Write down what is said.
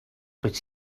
but